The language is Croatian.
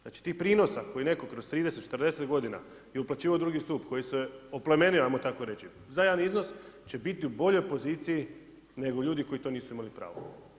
Znači tih prinosa koje netko kroz 30, 40 godina je uplaćivao u drugi stup koji se oplemenio ajmo tako reći za jedan iznos će biti u boljoj poziciji nego ljudi koji to nisu imali pravo.